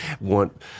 want